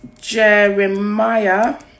Jeremiah